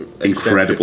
incredible